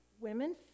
women